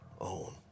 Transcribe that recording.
own